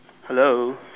hello